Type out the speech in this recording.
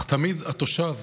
אך תמיד התושב